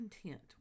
content